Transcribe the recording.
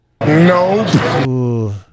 No